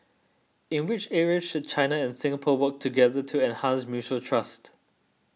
in which areas should China and Singapore work together to enhance mutual trust